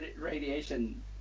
radiation